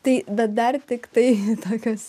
tai bet dar tiktai tokios